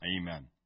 Amen